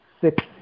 six